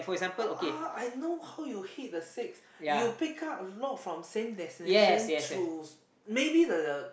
ah I know how you hit the six you pick up a lot from same destination to maybe the the